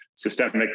systemic